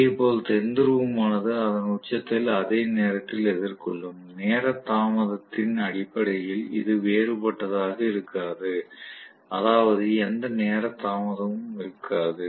இதேபோல் தென் துருவமானது அதன் உச்சத்தில் அதே நேரத்தில் எதிர்கொள்ளும் நேர தாமதத்தின் அடிப்படையில் இது வேறுபட்டதாக இருக்காது அதாவது எந்த நேர தாமதமும் இருக்காது